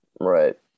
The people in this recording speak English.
Right